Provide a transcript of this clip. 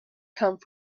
come